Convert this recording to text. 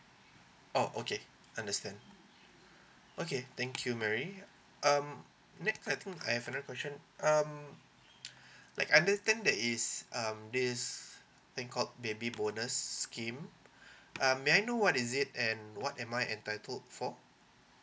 oh okay understand okay thank you mary um next I think I have another question um like I think there is um this thing called baby bonus scheme um may I know what is it and what am I entitled for